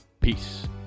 Peace